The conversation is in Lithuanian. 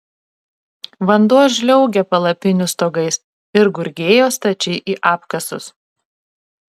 vanduo žliaugė palapinių stogais ir gurgėjo stačiai į apkasus